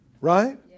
right